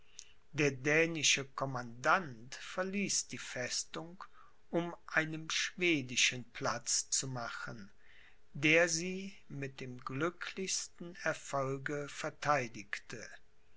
der dänische commandant verließ die festung um einem schwedischen platz zu machen der sie mit dem glücklichsten erfolge vertheidigte